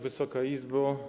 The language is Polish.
Wysoka Izbo!